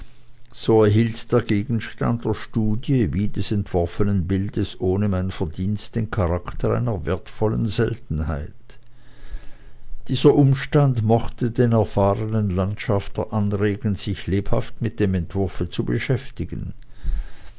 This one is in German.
so erhielt der gegenstand der studie wie des entworfenen bildes ohne mein verdienst den charakter einer wertvollen seltenheit dieser umstand mochte den erfahrenen landschafter anregen sich lebhaft mit dem entwurfe zu beschäftigen